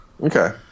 Okay